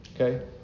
Okay